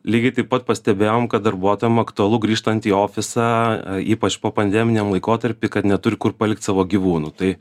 lygiai taip pat pastebėjom kad darbuotojam aktualu grįžtant į ofisą ypač po pandeminiam laikotarpį kad neturi kur palikt savo gyvūnų tai